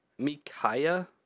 Mikaya